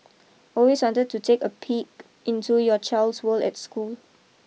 always wanted to take a peek into your child's world at school